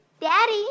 Daddy